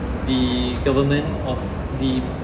the government of the